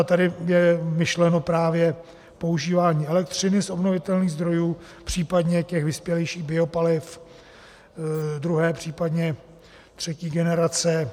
Tady je myšleno právě používání elektřiny z obnovitelných zdrojů, případně těch vyspělejších biopaliv druhé, případně třetí generace.